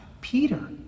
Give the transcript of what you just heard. peter